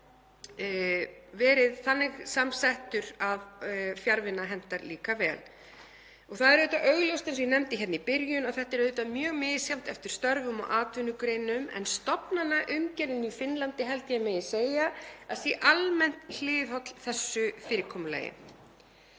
verið þannig samsettur að fjarvinna hentar líka vel. Það er augljóst, eins og ég nefndi hérna í byrjun, að þetta er auðvitað mjög misjafnt eftir störfum og atvinnugreinum en stofnanaumgjörðin í Finnlandi held ég að megi segja að sé almennt hliðholl þessu fyrirkomulagi.